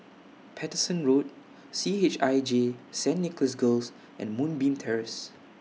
Paterson Road C H I J Saint Nicholas Girls and Moonbeam Terrace